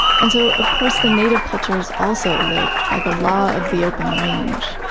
and so, of course, the native cultures also lived by the law of the open range,